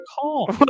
call